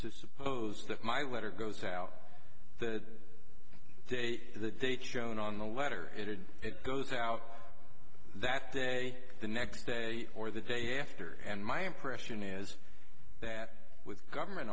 to suppose that my letter goes out the they shone on the letter added it goes out that day the next day or the day after and my impression is that with government